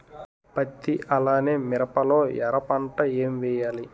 పత్తి అలానే మిరప లో ఎర పంట ఏం వేయాలి?